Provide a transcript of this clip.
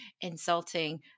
insulting